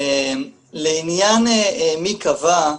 לעניין מי קבע,